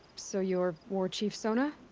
so you're. warchief sona?